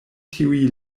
tiuj